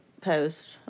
post